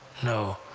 no,